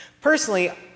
Personally